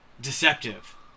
deceptive